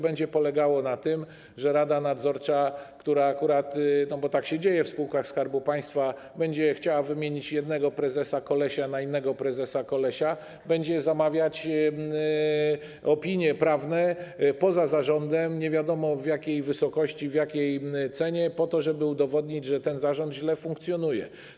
Będzie to polegało na tym, że rada nadzorcza, która akurat, bo tak się dzieje w spółkach Skarbu Państwa, będzie chciała wymienić jednego prezesa kolesia na innego prezesa kolesia, będzie zamawiać opinie prawne poza zarządem - nie wiadomo, za jaką cenę, w jakiej wysokości - żeby udowodnić, że ten zarząd źle funkcjonuje.